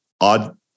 odd